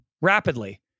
Rapidly